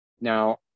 Now